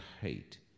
hate